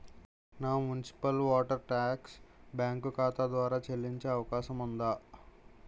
నా municipal water tax bank ఖాతా ద్వారా చెల్లించే అవకాశం ఉందా?